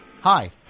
Hi